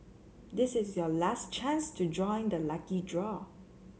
this is your last chance to join the lucky draw